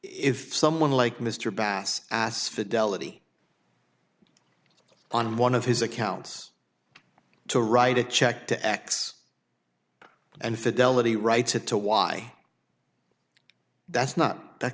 if someone like mr bass asked fit delany on one of his accounts to write a check to x and fidelity writes it to why that's not that